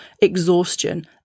exhaustion